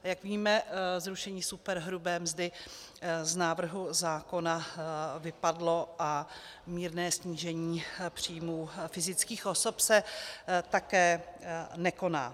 Jak víme, zrušení superhrubé mzdy z návrhu zákona vypadlo a mírné snížení příjmů fyzických osob se také nekoná.